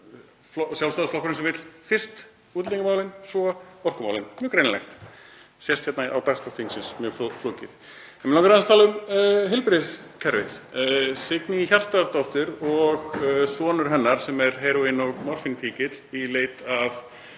Sjálfstæðisflokkurinn sem vill fyrst útlendingamálin, svo orkumálin. Mjög greinilegt, sést hérna á dagskrá þingsins, mjög flókið. En mig langar aðeins að tala um heilbrigðiskerfið. Signý Hjartardóttir og sonur hennar, sem er heróín- og morfínfíkill í leit að